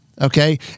Okay